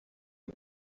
the